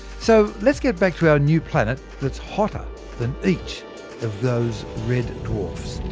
so, let's get back to our new planet that's hotter than each of those red dwarfs.